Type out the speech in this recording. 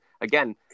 again